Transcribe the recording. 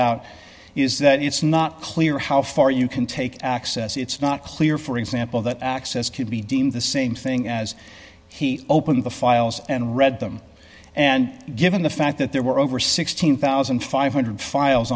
out is that it's not clear how far you can take access it's not clear for example that access could be deemed the same thing as he opened the files and read them and given the fact that there were over sixteen thousand five hundred files